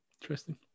interesting